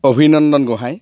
অভিনন্দন গোঁহাই